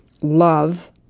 love